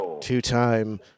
Two-time